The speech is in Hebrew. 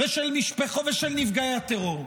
ושל נפגעי הטרור.